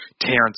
Terrence